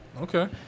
Okay